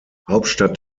hauptstadt